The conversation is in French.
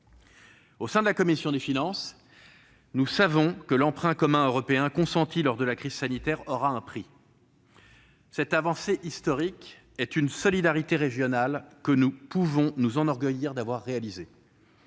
Au sein de la commission des finances, nous savons que l'emprunt commun européen consenti lors de la crise sanitaire aura un coût. Cette avancée historique découle d'une solidarité régionale dont nous pouvons nous enorgueillir. Toutefois,